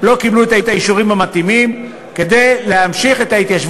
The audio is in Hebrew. הדברים האלה היו נכונים וצריכים להימשך.